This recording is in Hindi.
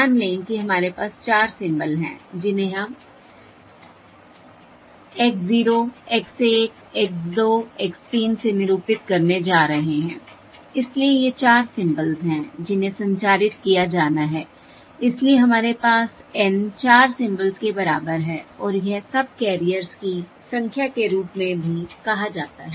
मान लें कि हमारे पास चार सिंबल हैं जिन्हें हम X0 X1 X2 X3 से निरूपित करने जा रहे हैं इसलिए ये चार सिंबल्स हैं जिन्हें संचारित किया जाना है इसलिए हमारे पास N चार सिंबल्स के बराबर है और यह सबकैरियर्स की संख्या के रूप में भी कहा जाता है